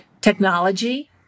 technology